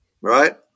Right